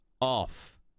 off